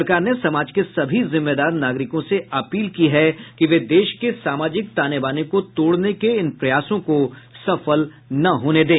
सरकार ने समाज के सभी जिम्मेदार नागरिकों से अपील की है कि वे देश के सामाजिक ताने बाने को तोड़ने के इन प्रयासों को सफल न होने दें